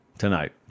tonight